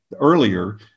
earlier